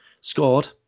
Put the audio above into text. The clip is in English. scored